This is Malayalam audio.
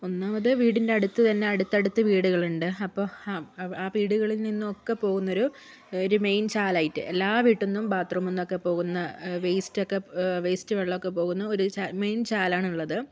ഒന്നാമത് വീടിന്റെ അടുത്തുതന്നെ അടുത്തടുത്ത് വീടുകളുണ്ട് അപ്പോൾ ആ ആ വീടുകളിൽ നിന്നൊക്കെ പോകുന്നൊരു ഒരു മെയിൻ ചാലായിട്ട് എല്ലാ വീട്ടിൽനിന്നും ബാത്ത്റൂമിൽനിന്നൊക്കെ പോകുന്ന വേസ്റ്റൊക്കെ വേസ്റ്റ് വെള്ളമൊക്കെ പോകുന്ന ഒരു ചാല ഒരു മെയിൻ ചാലാണ് ഉള്ളത്